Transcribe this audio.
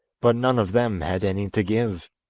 but none of them had any to give.